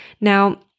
Now